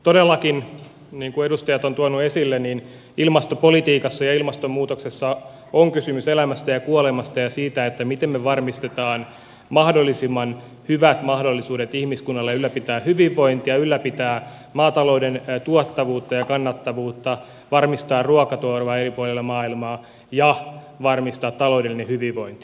todellakin niin kuin edustajat ovat tuoneet esille ilmastopolitiikassa ja ilmastonmuutoksessa on kysymys elämästä ja kuolemasta ja siitä miten me varmistamme mahdollisimman hyvät mahdollisuudet ihmiskunnalle ylläpitää hyvinvointia ylläpitää maatalouden tuottavuutta ja kannattavuutta varmistaa ruokaturva eri puolille maailmaa ja varmistaa taloudellinen hyvinvointi